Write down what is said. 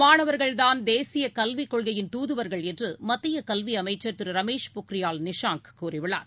மாணவர்கள் தான் தேசியக் கல்விக் கொள்கையின் தூதுவர்கள் என்றுமத்தியகல்விஅமைச்சர் திரு ரமேஷ் பொக்ரியால் நிஷாங் கூறியுள்ளார்